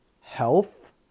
health